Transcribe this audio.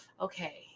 okay